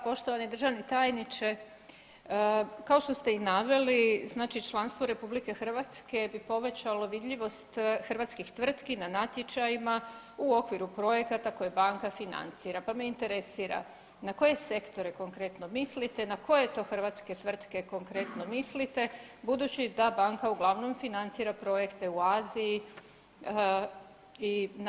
Poštovani državni tajniče kao što ste i naveli znači članstvo RH bi povećalo vidljivost hrvatskih tvrtki na natječajima u okviru projekata koje banka financira pa me interesira na koje sektore konkretno mislite, na koje to hrvatske tvrtke konkretno mislite budući da banka uglavnom financira projekte u Aziji i na Dalekom istoku.